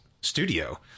studio